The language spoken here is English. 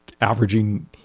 averaging